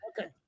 Okay